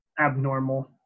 abnormal